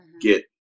get